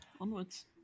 onwards